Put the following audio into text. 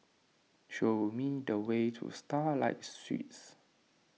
show me the way to Starlight Suites